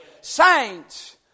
Saints